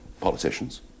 politicians